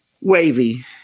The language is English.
wavy